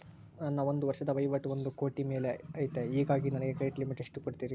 ನನ್ನ ಒಂದು ವರ್ಷದ ವಹಿವಾಟು ಒಂದು ಕೋಟಿ ಮೇಲೆ ಐತೆ ಹೇಗಾಗಿ ನನಗೆ ಕ್ರೆಡಿಟ್ ಲಿಮಿಟ್ ಎಷ್ಟು ಕೊಡ್ತೇರಿ?